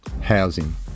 Housing